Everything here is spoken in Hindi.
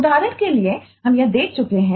उदाहरण के लिए हम यह देख चुके हैं